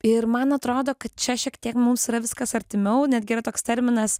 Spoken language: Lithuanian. ir man atrodo kad čia šiek tiek mums yra viskas artimiau netgi yra toks terminas